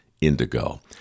indigo